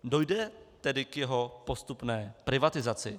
Dojde tedy k jeho postupné privatizaci.